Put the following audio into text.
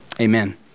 Amen